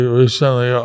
recently